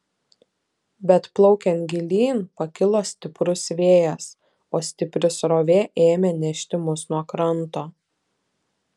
bet plaukiant gilyn pakilo stiprus vėjas o stipri srovė ėmė nešti mus nuo kranto